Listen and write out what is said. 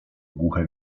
głuche